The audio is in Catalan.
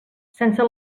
sense